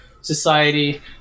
society